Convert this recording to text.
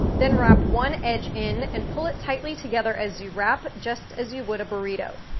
then, wrap one edge in and pull it tightly together as you wrap, just as you would a burrito.